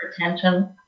attention